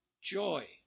Joy